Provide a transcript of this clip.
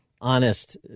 honest